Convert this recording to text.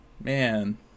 Man